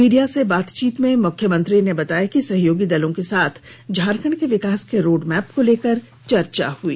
media से बातचीत में मुख्यमंत्री ने बताया कि सहयोगी दलों के साथ झारखंड के विकास के रोड मैंप को लेकर चर्चा हई